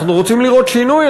אנחנו רוצים לראות שינוי,